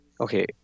Okay